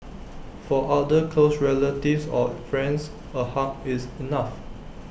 for other close relatives or friends A hug is enough